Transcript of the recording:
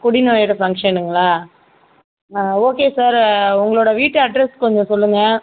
குடி நுழையிற ஃபங்ஷனுங்களா ஆ ஓகே சார் உங்களோட வீட்டு அட்ரஸ் கொஞ்சம் சொல்லுங்கள்